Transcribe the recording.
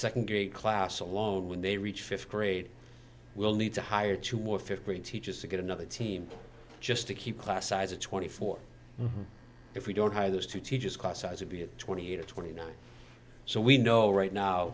second grade class alone when they reach fifth grade will need to hire two more fifth grade teachers to get another team just to keep class size of twenty four if we don't hire those two teachers class sizes be it twenty eight or twenty nine so we know right now